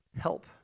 help